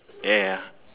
ya ya